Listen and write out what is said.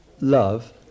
love